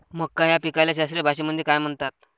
मका या पिकाले शास्त्रीय भाषेमंदी काय म्हणतात?